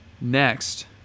Next